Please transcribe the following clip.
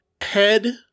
head